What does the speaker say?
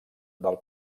del